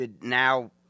now